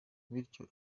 bityo